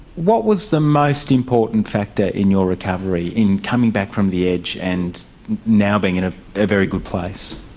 what was the most important factor in your recovery, in coming back from the edge and now being in a very good place?